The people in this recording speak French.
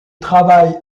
travaille